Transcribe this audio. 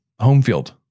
Homefield